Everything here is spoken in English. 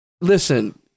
listen